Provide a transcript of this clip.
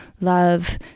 love